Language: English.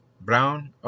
brown